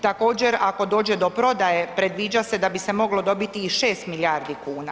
Također, ako dođe do prodaje, predviđa se da bi se moglo dobiti i 6 milijardi kuna.